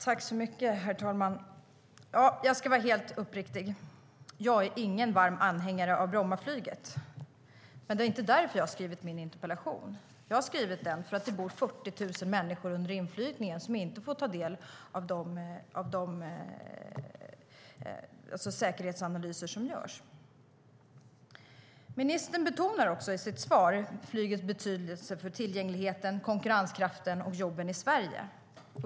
Herr talman! Jag ska vara helt uppriktig. Jag är ingen varm anhängare av Brommaflyget. Men det är inte därför jag har skrivit min interpellation. Jag har skrivit den för att det bor 40 000 människor under inflygningsvägen som inte får ta del av de säkerhetsanalyser som görs. Ministern betonar i sitt svar flygets betydelse för tillgängligheten, konkurrenskraften och jobben i Sverige.